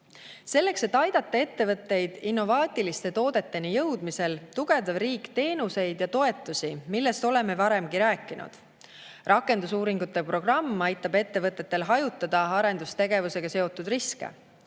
Selleks, et aidata ettevõtteid innovaatiliste toodeteni jõudmisel, tugevdab riik teenuseid ja toetusi, millest oleme varemgi rääkinud. Rakendusuuringute programm aitab ettevõtetel hajutada arendustegevusega seotud riske.